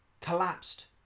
collapsed